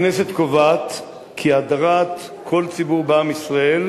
הכנסת קובעת כי הדרת כל ציבור בעם ישראל